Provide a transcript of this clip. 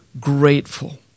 grateful